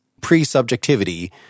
pre-subjectivity